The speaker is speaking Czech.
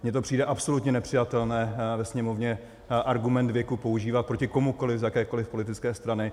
Mně to přijde absolutně nepřijatelné ve Sněmovně argument věku používat proti komukoliv z jakékoliv politické strany.